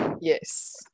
Yes